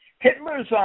Hitler's